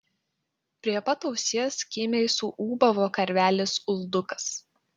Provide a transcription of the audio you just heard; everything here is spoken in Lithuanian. prie pat ausies kimiai suūbavo karvelis uldukas